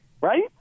Right